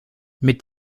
mit